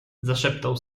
zaszeptał